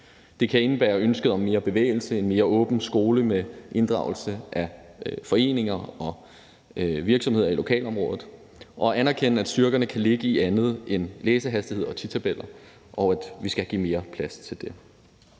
Det kan indebære ønsket om mere bevægelse og en mere åben skole med inddragelse af foreninger og virksomheder i lokalområdet og at anerkende, at styrkerne kan ligge i andet end i læsehastighed og titabeller, og at vi skal give mere plads til det.